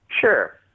Sure